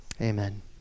Amen